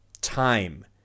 time